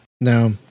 No